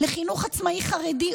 לחינוך עצמאי חרדי,